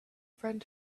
front